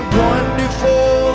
wonderful